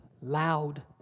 loud